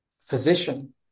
physician